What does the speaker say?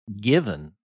given